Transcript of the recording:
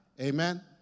Amen